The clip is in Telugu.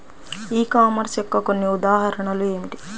ఈ కామర్స్ యొక్క కొన్ని ఉదాహరణలు ఏమిటి?